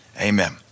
Amen